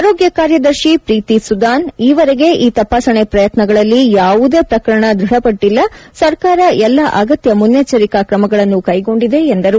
ಆರೋಗ್ಯ ಕಾರ್ಯದರ್ಶಿ ಪ್ರೀತಿ ಸುದಾನ್ ಈವರೆಗೆ ಈ ತಪಾಸಣೆ ಪ್ರಯತ್ನಗಳಲ್ಲಿ ಯಾವುದೇ ಪ್ರಕರಣ ದೃಢಪಟ್ಟಿಲ್ಲ ಸರ್ಕಾರ ಎಲ್ಲ ಅಗತ್ಯ ಮುನ್ನೆಚ್ಚರಿಕೆ ಕ್ರಮಗಳನ್ನು ಕೈಗೊಂಡಿದೆ ಎಂದರು